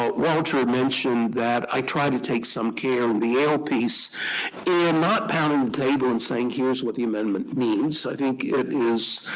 ah walter mentioned that i tried to take some care in the yale piece in not pounding the table and saying, here's what the amendment means. i think it is